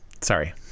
Sorry